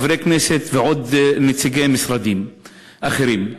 חברי כנסת ונציגי משרדים אחרים.